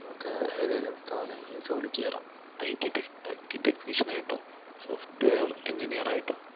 നമുക്ക് ഏതേലും സ്ഥാപനങ്ങളിൽ ജോലിക്ക് കയറാം I T tech I T ടെക്നീഷ്യനായിട്ടോ സോഫ്റ്റ് വെയർ എൻജിനീറായിട്ടോ